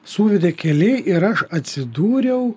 suvedė kelai ir aš atsidūriau